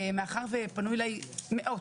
מאחר ופנו אליי מאות,